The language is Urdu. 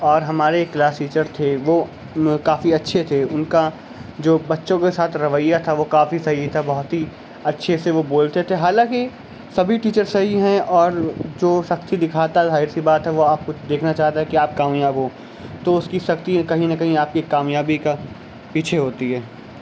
اور ہمارے کلاس ٹیچر تھے وہ کافی اچھے تھے ان کا جو بچوں کے ساتھ رویہ تھا وہ کافی صحیح تھا بہت ہی اچھے سے وہ بولتے تھے حالانکہ سبھی ٹیچر صحیح ہیں اور جو سختی دکھاتا ہے ظاہر سی بات ہے وہ آپ کو دیکھنا چاہتا ہے کہ آپ کامیاب ہو تو اس کی سختی کہیں نا کہیں آپ کی کامیابی کا پیچھے ہوتی ہے